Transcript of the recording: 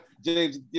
James